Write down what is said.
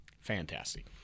fantastic